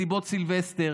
מסיבות סילבסטר.